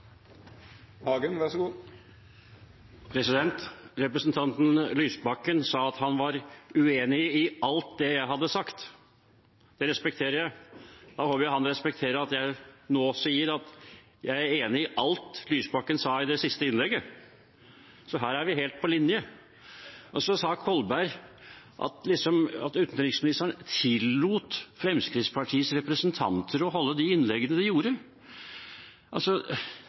Representanten Lysbakken sa at han var uenig i alt det jeg hadde sagt. Det respekterer jeg. Jeg håper han respekterer at jeg nå sier at jeg er enig i alt det Lysbakken sa i det siste innlegget. Så her er vi helt på linje. Så sa representanten Kolberg at utenriksministeren tillot Fremskrittspartiets representanter å holde de innleggene de gjorde.